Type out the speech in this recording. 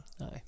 Aye